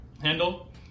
handle